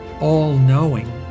all-knowing